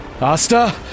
Asta